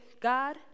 God